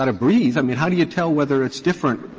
but breathe. i mean, how do you tell whether it's different?